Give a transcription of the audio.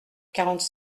quarante